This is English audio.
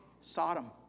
Sodom